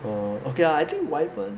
err okay lah I think waiman